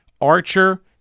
Archer